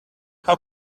how